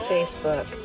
Facebook